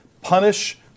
punish